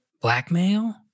Blackmail